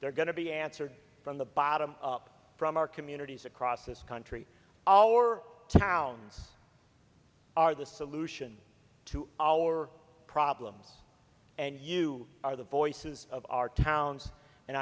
they're going to be answered from the bottom up from our communities across this country our towns are the solution to our problems and you are the voices of our towns and